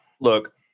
Look